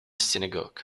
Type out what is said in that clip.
synagogue